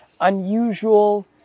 unusual